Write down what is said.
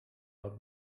old